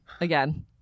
again